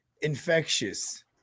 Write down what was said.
infectious